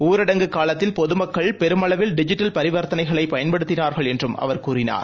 ஊரடங்கு காலத்தில் பொதுமக்கள் பெருமளவில் டிஜிட்டல் பரிவர்த்தனைகளைபயன்படுத்தினார்கள் என்றும் அவர் கூறினார்